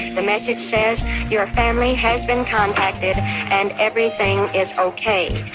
the message says your family has been contacted and everything is okay.